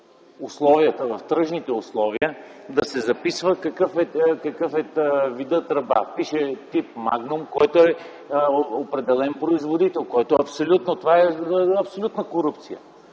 в тръжните условия да се записва какъв е видът тръба. Пише „тип Магнум”, което е определен производител - това е абсолютна корупция.